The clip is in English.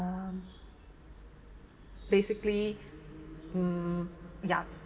um basically mm yup